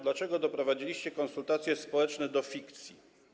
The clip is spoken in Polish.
Dlaczego doprowadziliście konsultacje społeczne do fikcji?